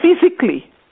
physically